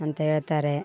ಅಂತ ಹೇಳ್ತಾರೆ